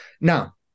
now